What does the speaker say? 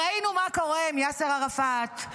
ראינו מה קורה עם יאסר ערפאת.